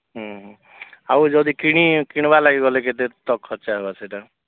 ହୁଁ ହୁଁ ଆଉ ଯଦି କିଣି କିଣିବା ଲାଗି ଗଲେ କେତେ ତ ଖର୍ଚ୍ଚ ହବ ସେଇଟା